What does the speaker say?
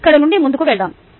ఇక్కడి నుండి ముందుకు వెళ్దాము